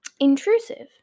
intrusive